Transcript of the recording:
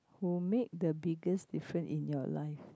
will make the biggest different in your life